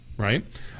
right